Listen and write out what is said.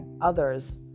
others